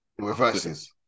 reverses